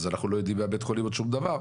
אז אנחנו לא יודעים מבית החולים שום דבר",